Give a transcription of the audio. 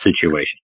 situation